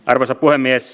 arvoisa puhemies